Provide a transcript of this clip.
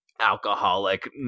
alcoholic